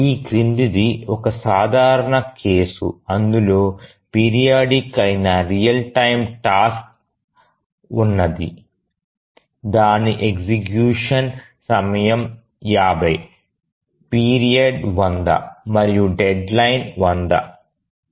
ఈ క్రిందిది ఒక సాధారణ కేసు అందులో పీరియాడిక్ అయిన రియల్ టైమ్ టాస్క్ ఉన్నది దాని ఎగ్జిక్యూషన్ సమయం 50 పీరియడ్ 100 మరియు డెడ్ లైన్ 100